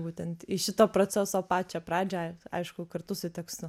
būtent iš šito proceso pačią pradžią aišku kartu su tekstu